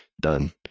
done